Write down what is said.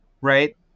right